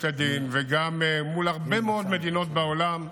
הדין וגם מול הרבה מאוד מדינות בעולם,